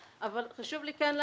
והיא כן מאוד מאוד חשובה